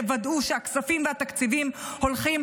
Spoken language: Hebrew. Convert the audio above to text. תוודאו שהכספים והתקציבים הולכים,